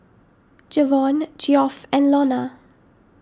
Jevon Geoff and Lonna